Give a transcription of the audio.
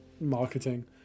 marketing